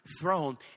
throne